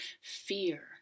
fear